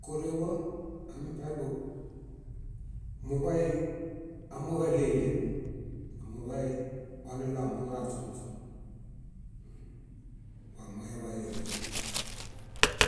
Kórewa, amiṗaidu muḃay amooġo áɭeɭe, numuḃay waneɭua amooġo aźũźũ, uũ wameḃaya díe.